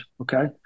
okay